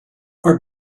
our